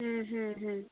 হো হো হো